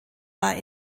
war